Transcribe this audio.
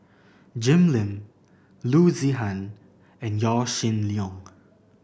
Jim Lim Loo Zihan and Yaw Shin Leong